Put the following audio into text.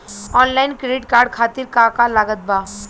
Online credit card खातिर का का लागत बा?